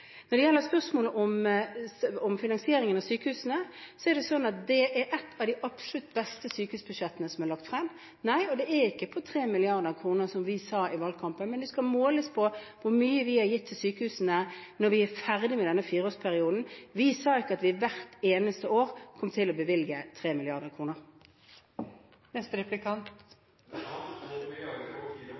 Når det gjelder spørsmålet om finansieringen av sykehusene, er det slik at dette er et av de absolutt beste sykehusbudsjettene som er lagt frem. Og nei, det er ikke på 3 mrd. kr, som vi sa i valgkampen, men vi skal måles på hvor mye vi har gitt til sykehusene når vi er ferdige med denne fireårsperioden. Vi sa ikke at vi hvert eneste år kom til å bevilge